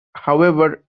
however